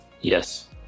Yes